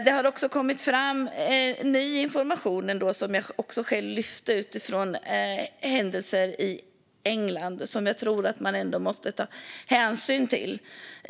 Det har också kommit ny information som jag själv lyfte fram utifrån händelser i England som jag tror att man måste ta hänsyn till.